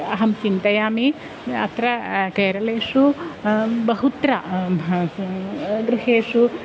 अहं चिन्तयामि अत्र केरळेषु बहुत्र भासते गृहेषु